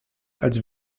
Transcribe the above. als